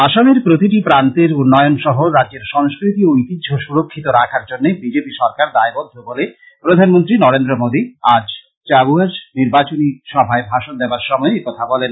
আসামের প্রতিটি প্রান্তের উন্নয়ন সহ রাজ্যের সংস্কৃতি ও ঐতিহ্য সুরক্ষিত রাখার জন্য বিজেপি সরকার দায়বদ্ধ বলে প্রধানমন্ত্রী নরেন্দ্র মোদি আজ চাবুয়ায় নির্বাচনী সভায় ভাষণ দেবার সময় একথা বলেন